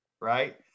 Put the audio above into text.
right